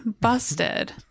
busted